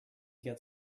get